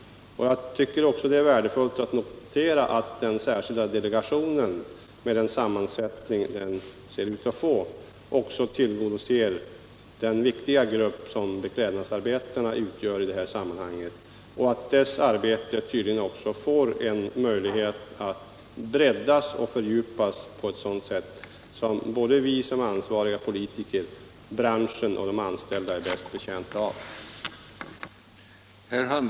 Det är också viktigt att den särskilda delegationen, med den sammansättning den ser ut att få, tillgodoser den betydelsefulla grupp som beklädnadsarbetarna utgör i det här sammanhanget och att delegationens arbete tydligen får möjlighet att breddas och fördjupas på ett sätt som såväl vi ansvariga politiker som branschen och de anställda är bäst betjänta av.